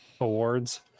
awards